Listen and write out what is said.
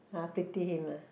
ah pity him ah